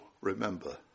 remember